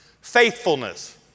faithfulness